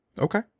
Okay